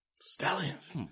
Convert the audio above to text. Stallions